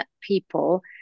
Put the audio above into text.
people